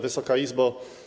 Wysoka Izbo!